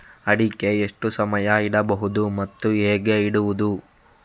ಅಡಿಕೆ ಎಷ್ಟು ಸಮಯ ಇಡಬಹುದು ಮತ್ತೆ ಹೇಗೆ ಇಡುವುದು?